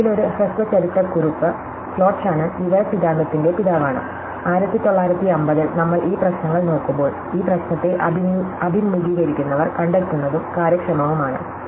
ഒടുവിൽ ഒരു ഹ്രസ്വ ചരിത്ര കുറിപ്പ് ക്ലോട്ട് ഷാനൻ വിവര സിദ്ധാന്തത്തിന്റെ പിതാവാണ് 1950 ൽ നമ്മൾ ഈ പ്രശ്നങ്ങൾ നോക്കുമ്പോൾ ഈ പ്രശ്നത്തെ അഭിമുഖീകരിക്കുന്നവർ കണ്ടെത്തുന്നതും കാര്യക്ഷമവുമാണ്